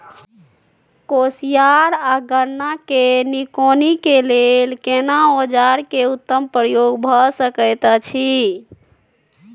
कोसयार आ गन्ना के निकौनी के लेल केना औजार के उत्तम प्रयोग भ सकेत अछि?